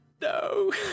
no